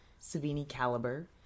Savini-caliber